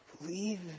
believe